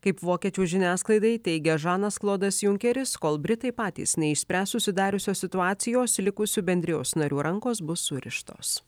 kaip vokiečių žiniasklaidai teigia žanas klodas junkeris kol britai patys neišspręs susidariusios situacijos likusių bendrijos narių rankos bus surištos